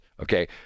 Okay